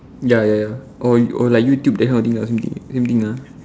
ya ya ya or or like YouTube that kind of thing lah same thing ah